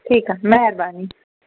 ठीकु आहे महिरबानी